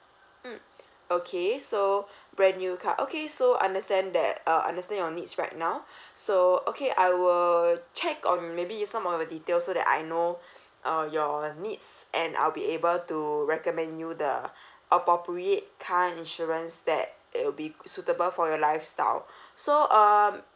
mm okay so brand new car okay so understand that uh understand your needs right now so okay I will check on maybe some of your details so that I know uh your needs and I will be able to recommend you the appropriate car insurance that it will be suitable for your lifestyle so um